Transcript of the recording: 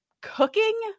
Cooking